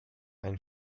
ein